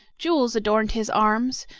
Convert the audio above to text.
jewels adorned his arms,